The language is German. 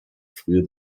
frühe